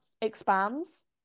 expands